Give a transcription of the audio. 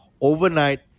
overnight